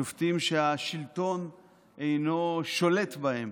שופטים שהשלטון אינו שולט בהם.